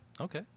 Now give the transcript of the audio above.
Okay